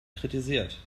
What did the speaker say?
kritisiert